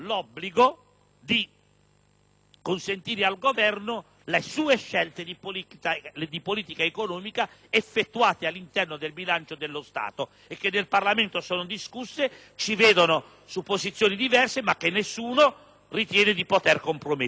perseguire le scelte di politica economica effettuate all'interno del bilancio dello Stato e discusse in Parlamento, scelte che ci vedono su posizioni diverse, ma che nessuno ritiene di poter compromettere, tanto meno la maggioranza.